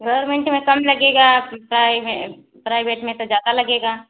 government में कम लगेगा प्राई प्राइवेट में तो ज़्यादा लगेगा